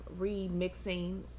remixing